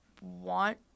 want